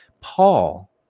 Paul